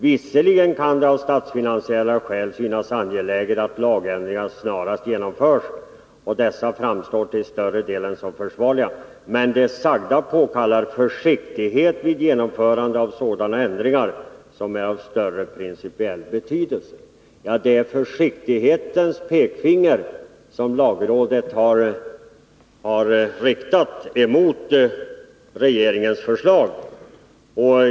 Visserligen kan det av statsfinansiella skäl synas angeläget att lagändringarna snarast genomförs, och dessa framstår till större delen som försvarliga. Men det sagda påkallar försiktighet vid genomförande av sådana ändringar som är av större principiell betydelse.” Det är försiktighetens pekfinger som lagrådet har riktat mot regeringens förslag.